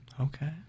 Okay